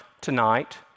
tonight